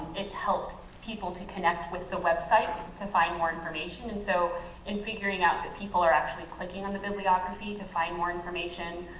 it's helped people to connect with the website to find more information. and so in figuring out that people are actually clicking on the bibliography to find more information,